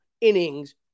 innings